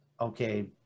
okay